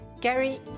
Gary